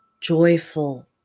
joyful